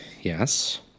yes